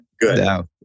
Good